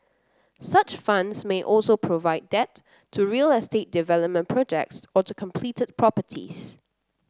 such funds may also provide debt to real estate development projects or to completed properties